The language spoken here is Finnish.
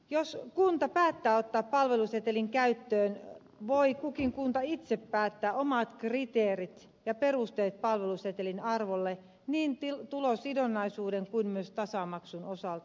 jos kunta päättää ottaa palvelusetelin käyttöön voi kukin kunta itse päättää omat kriteerit ja perusteet palvelusetelin arvolle niin tulosidonnaisuuden kuin myös tasamaksun osalta